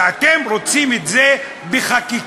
ואתם רוצים את זה בחקיקה.